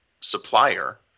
supplier